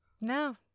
No